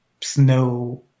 snow